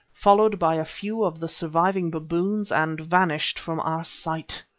followed by a few of the surviving baboons, and vanished from our sight.